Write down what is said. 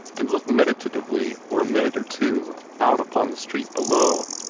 and looked meditatively for a minute or two out upon the street below.